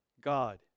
God